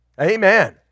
Amen